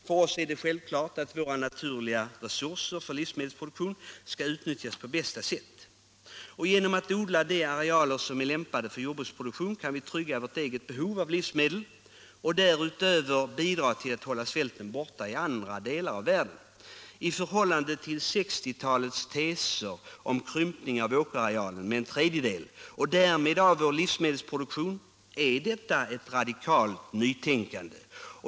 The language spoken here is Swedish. För oss är det självklart att våra naturliga resurser för livsmedelsproduktion skall utnyttjas på bästa sätt. Genom att odla de arealer som är lämpade för jordbruksproduktion kan vi trygga vårt eget behov av livsmedel och därutöver bidra till att hålla svälten borta i andra delar av världen. I förhållande till 1960-talets teser om krympning av åkerarealen med en tredjedel och därmed även av vår livsmedelsproduktion är detta ett radikalt nytänkande.